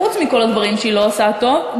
חוץ מכל הדברים שהיא לא עושה טוב,